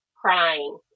crying